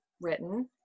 written